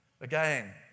Again